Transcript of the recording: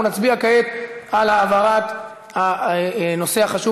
אנחנו נצביע כעת על העברת הנושא החשוב